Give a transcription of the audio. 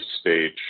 stage